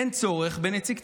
אין צורך בנציג ציבור.